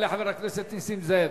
יעלה חבר הכנסת נסים זאב.